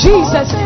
jesus